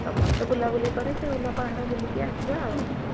ସମସ୍ତେ ବୁଲାବୁଲି କରି ସେ ଉଲାପ୍ପାହାଡ଼ ବୁଲିକି ଆସିବା ଆଉ